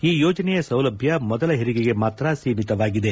ಈ ಯೋಜನೆಯ ಸೌಲಭ್ಯ ಮೊದಲ ಹೆರಿಗೆಗೆ ಮಾತ್ರ ಸೀಮಿತವಾಗಿದೆ